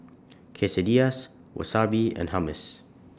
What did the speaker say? Quesadillas Wasabi and Hummus